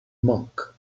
monk